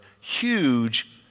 huge